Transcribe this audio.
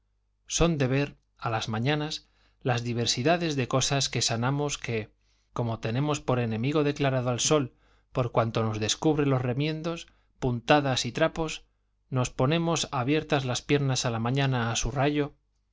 son de ver a las mañanas las diversidades de cosas que sanamos que como tenemos por enemigo declarado al sol por cuanto nos descubre los remiendos puntadas y trapos nos ponemos abiertas las piernas a la mañana a su rayo